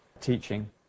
teaching